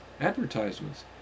advertisements